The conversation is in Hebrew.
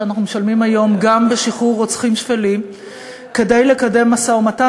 המחיר שאנחנו משלמים היום גם בשחרור רוצחים שפלים כדי לקדם משא-ומתן,